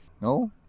No